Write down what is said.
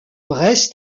brest